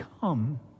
come